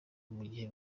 mugihe